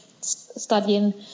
studying